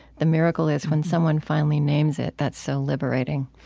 the miracle is, when someone finally names it, that's so liberating.